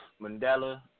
Mandela